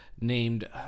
named